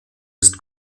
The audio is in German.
ist